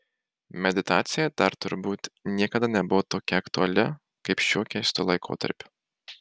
meditacija dar turbūt niekada nebuvo tokia aktuali kaip šiuo keistu laikotarpiu